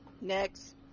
Next